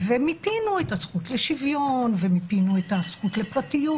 ומיפינו את הזכות לשוויון ומיפינו את הזכות לפרטיות